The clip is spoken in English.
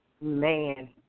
Man